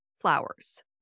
flowers